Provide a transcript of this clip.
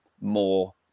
more